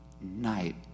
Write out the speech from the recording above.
night